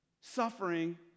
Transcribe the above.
Suffering